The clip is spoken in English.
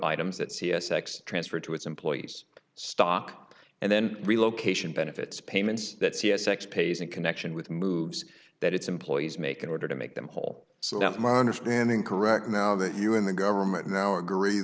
items that c s x transferred to its employees stock and then relocation benefits payments that c s x pays in connection with moves that its employees make in order to make them whole so that's my understanding correct now that you in the government now agree